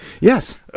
Yes